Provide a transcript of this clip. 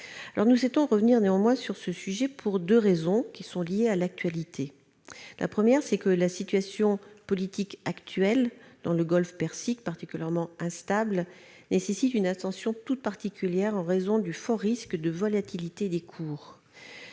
Nous souhaitons revenir sur ce sujet pour deux raisons liées à l'actualité. Premièrement, la situation politique actuelle dans le golfe Persique, particulièrement instable, nécessite une attention toute particulière, en raison du fort risque de volatilité des cours.